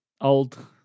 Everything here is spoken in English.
Old